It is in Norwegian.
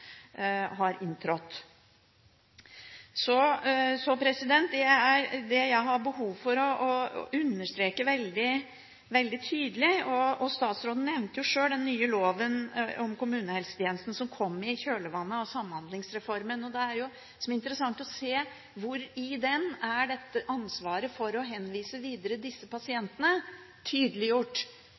har inntrådt. Det som jeg har behov for å understreke veldig tydelig – statsråden nevnte jo sjøl den nye loven om kommunehelsetjenesten som kom i kjølvannet av Samhandlingsreformen – og som det er interessant å se på, er hvor i den loven ansvaret for å henvise disse pasientene videre er tydeliggjort,